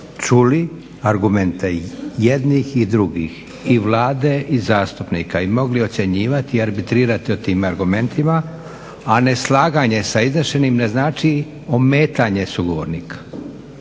čuli argumente jednih i drugih, i Vlade i zastupnika i mogli ocjenjivati, arbitrirati o tim argumentima, a neslaganje sa izjašnjenim ne znači ometanje sugovornika,